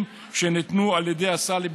ובוודאי לא תמיכה מהבית